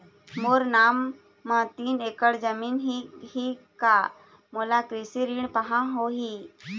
मोर नाम म तीन एकड़ जमीन ही का मोला कृषि ऋण पाहां होही?